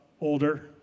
older